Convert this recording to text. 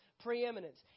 preeminence